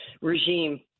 regime